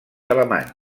alemany